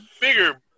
bigger